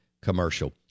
Commercial